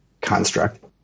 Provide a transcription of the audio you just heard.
construct